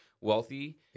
wealthy